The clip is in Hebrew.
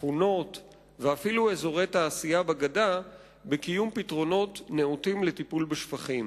שכונות ואפילו אזורי תעשייה בגדה בקיום פתרונות נאותים לטיפול בשפכים.